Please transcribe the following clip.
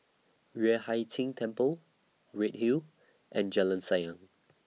Yueh Hai Ching Temple Redhill and Jalan Sayang